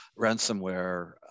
ransomware